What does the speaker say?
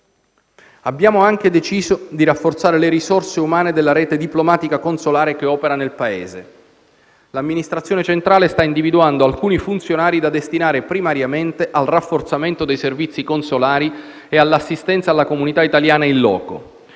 Abbiamo anche deciso di rafforzare le risorse umane della rete diplomatica-consolare che opera nel Paese. L'amministrazione centrale sta individuando alcuni funzionari da destinare primariamente al rafforzamento dei servizi consolari e all'assistenza alla comunità italiana *in loco*.